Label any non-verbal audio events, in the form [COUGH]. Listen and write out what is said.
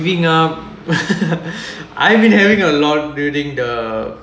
giving up [LAUGHS] I've been having a lot during the